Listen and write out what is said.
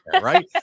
right